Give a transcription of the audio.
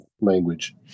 language